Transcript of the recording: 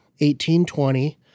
1820